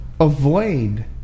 avoid